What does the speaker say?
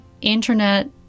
internet